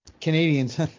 Canadians